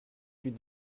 huit